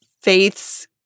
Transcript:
Faith's